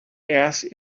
asked